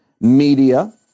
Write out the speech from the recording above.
media